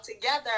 together